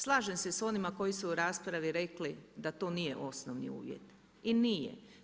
Slažem se s onima koji su u raspravi rekli da to nije osnovni uvjet i nije.